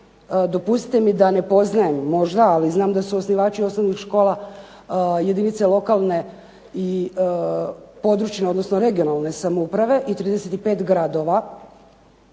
dopustite mi da ne poznajem možda, ali znam da su osnivači osnovnih škola jedinice lokalne i područne, odnosno regionalne samouprave i 35 gradova,